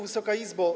Wysoka Izbo!